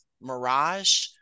mirage